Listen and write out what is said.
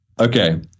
okay